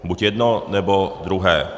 Buď jedno, nebo druhé.